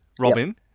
Robin